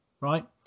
right